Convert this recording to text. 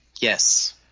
yes